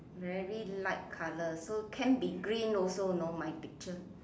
very light colour so can be green also know my picture